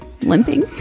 limping